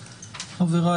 חבריי,